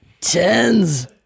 Tens